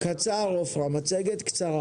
מבקשת לדבר